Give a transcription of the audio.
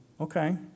okay